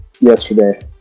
yesterday